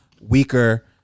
weaker